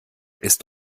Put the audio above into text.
ist